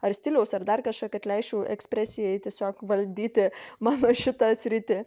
ar stiliaus ar dar kažką kad leisčiau ekspresijai tiesiog valdyti mano šitą sritį